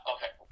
Okay